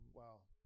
wow